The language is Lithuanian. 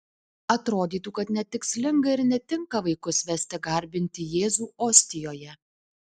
atrodytų kad netikslinga ir netinka vaikus vesti garbinti jėzų ostijoje